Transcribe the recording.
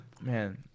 Man